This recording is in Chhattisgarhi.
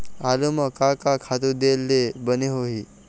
आलू म का का खातू दे ले बने होही?